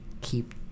keep